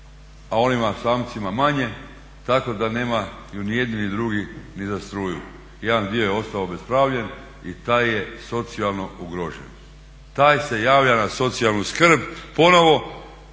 a onima samcima manje, tako da nemaju ni jedni, ni drugi ni za struju. Jedan dio je ostao obespravljen i taj je socijalno ugrožen, taj se javlja na socijalnu skrb ponovo,